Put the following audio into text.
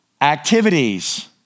activities